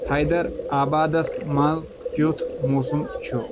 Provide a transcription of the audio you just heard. حیدر آبادس منز کِیُتھ موسم چھ ؟